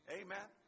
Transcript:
amen